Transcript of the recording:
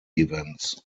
events